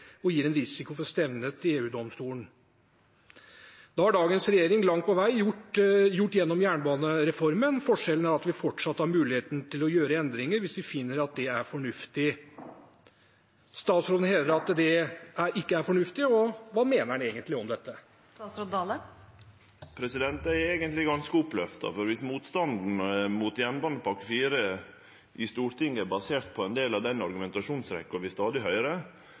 og gir en risiko for å bli stevnet i EU-domstolen. Det har dagens regjering langt på vei gjort gjennom jernbanereformen, forskjellen er at vi fortsatt har muligheten til å gjøre endringer hvis vi finner at det er fornuftig. Statsråden hevder at det ikke er fornuftig. Hva mener han egentlig om dette? Eg er eigentleg oppløfta, for dersom motstanden mot jernbanepakke IV i Stortinget er basert på ein del av den argumentasjonsrekkja vi stadig